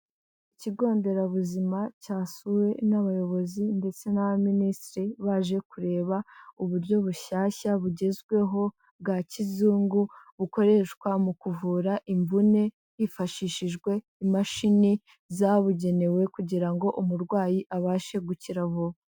Ikigo nderabuzima cyasuwe n'abayobozi ndetse n'abaminisitiri, baje kureba uburyo bushyashya bugezweho bwa kizungu bukoreshwa mu kuvura imvune, hifashishijwe imashini zabugenewe kugira ngo umurwayi abashe gukira vuba.